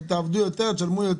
(היו"ר נירה שפק) בשעה טובה, מברוק נירה.